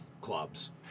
clubs